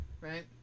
right